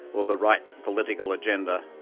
or the right political agenda.